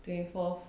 twenty fourth